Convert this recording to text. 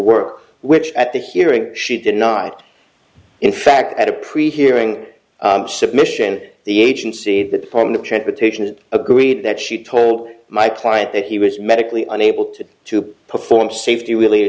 work which at the hearing she did not in fact at a pre hearing submission the agency the department of transportation it agreed that she told my client that he was medically unable to to perform safety re